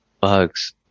bugs